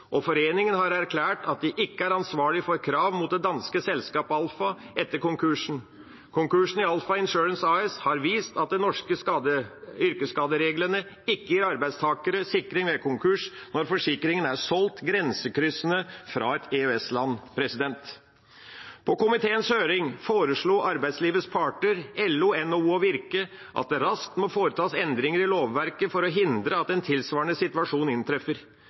og foreningen har erklært at de ikke er ansvarlige for krav mot det danske selskapet Alpha etter konkursen. Konkursen i Alpha Insurance AS har vist at de norske yrkesskadereglene ikke gir arbeidstakerne sikring ved konkurs når forsikringen er solgt grensekryssende fra et EØS-land. I komiteens høring foreslo arbeidslivets parter LO, NHO og Virke at det raskt må foretas endringer i lovverket for å hindre at en tilsvarende situasjon inntreffer.